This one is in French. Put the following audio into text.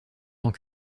tant